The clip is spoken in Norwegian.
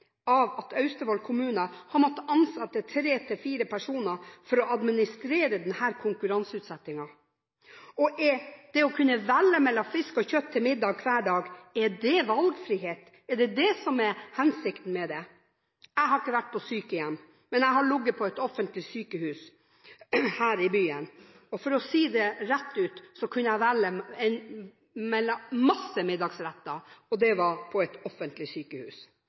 av at Austevoll har måttet ansette tre til fire personer for å administrere denne konkurranseutsettingen? Det å kunne velge mellom fisk og kjøtt til middag hver dag – er det valgfrihet, og er det det som er hensikten? Jeg har ikke vært på sykehjem, men jeg har ligget på et offentlig sykehus her i byen, og for å si det rett ut: Jeg kunne velge mellom mange middagsretter – og det på et offentlig sykehus.